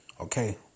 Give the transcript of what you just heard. Okay